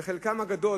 חלקן הגדול,